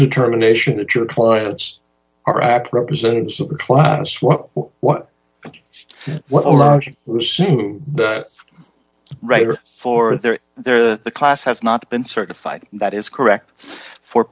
determination that your clients are act representatives of the class what what ok what a lousy writer for their their class has not been certified that is correct for